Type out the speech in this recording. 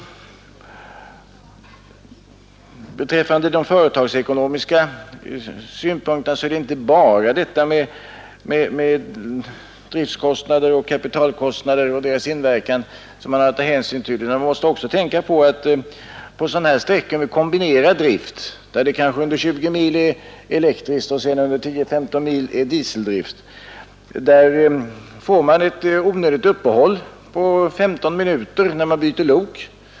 De företagsekonomiska synpunkterna gäller vidare inte bara att man skall ta hänsyn till driftkostnader och kapitalkostnader och deras ” inverkan. Man måste också tänka på att det på sträckor med kombinerad drift, med kanske 20 mil av elektrisk drift och sedan 10—15 mil av dieseldrift, blir ett onödigt uppehåll på 15 minuter för byte av lok.